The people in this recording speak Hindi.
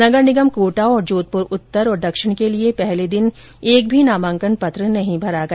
नगर निगम कोटा और जोधपुर उत्तर और दक्षिण के लिए पहले दिन एक भी नामांकन पत्र नहीं भरा गया